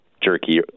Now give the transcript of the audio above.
jerky